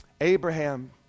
Abraham